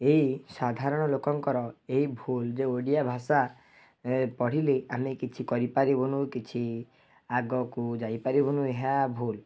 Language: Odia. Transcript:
ଏଇ ସାଧାରଣ ଲୋକଙ୍କର ଏଇ ଭୁଲ୍ ଯେ ଓଡ଼ିଆ ଭାଷା ପଢ଼ିଲେ ଆମେ କିଛି କରିପାରିବୁନି କିଛି ଆଗକୁ ଯାଇପାରିବୁନି ଏହା ଭୁଲ୍